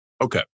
Okay